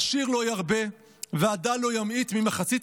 "העשיר לא ירבה והדל לא ימעיט ממחצית